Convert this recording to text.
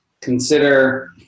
consider